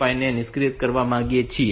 5 ને નિષ્ક્રિય કરવા માંગીએ છીએ